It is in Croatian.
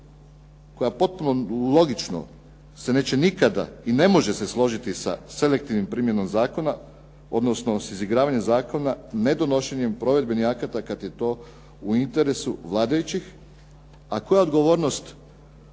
koja potpuno logično se neće nikada i ne može se složiti sa selektivnom primjenom zakona odnosno sa izigravanjem zakona nedonošenjem provedbenih akata kad je to u interesu vladajućih a koja odgovornost